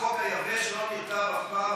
החוק היבש לא נרטב אף פעם,